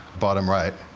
bottom right,